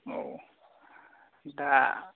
औ दा